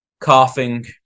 coughing